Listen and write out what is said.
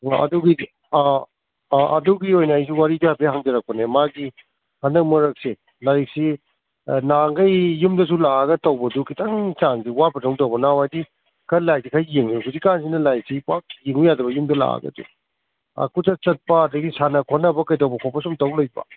ꯑꯥ ꯑꯗꯨꯕꯨꯗꯤ ꯑꯥ ꯑꯥ ꯑꯗꯨꯒꯤ ꯑꯣꯏꯅ ꯑꯩꯁꯨ ꯋꯥꯔꯤꯁꯦ ꯍꯥꯏꯐꯦꯠ ꯍꯪꯖꯔꯛꯄꯅꯦ ꯃꯥꯒꯤ ꯍꯟꯗꯛ ꯃꯔꯛꯁꯦ ꯂꯥꯏꯔꯤꯛꯁꯤ ꯅꯍꯥꯟꯈꯩ ꯌꯨꯝꯗꯁꯨ ꯂꯥꯛꯑꯒ ꯇꯧꯕꯗꯨ ꯈꯤꯇꯪ ꯆꯥꯡꯁꯤ ꯋꯥꯠꯄꯗꯧꯅ ꯇꯧꯕ ꯅꯍꯥꯟꯋꯥꯏꯗꯤ ꯈꯔ ꯂꯥꯏꯔꯤꯛꯁꯦ ꯈꯔ ꯌꯦꯡꯉꯤ ꯍꯧꯖꯤꯛꯀꯥꯟꯁꯤꯅ ꯂꯥꯏꯔꯤꯛꯁꯤ ꯄꯥꯛ ꯌꯦꯡꯉꯨ ꯌꯥꯗꯕ ꯌꯨꯝꯗ ꯂꯥꯛꯑꯒꯁꯨ ꯑꯥ ꯀꯣꯏꯆꯠ ꯆꯠꯄ ꯑꯗꯨꯗꯒꯤ ꯁꯥꯟꯅ ꯈꯣꯠꯅꯕ ꯀꯩꯗꯧꯕ ꯈꯣꯠꯄ ꯁꯨꯝ ꯇꯧ ꯂꯩꯕ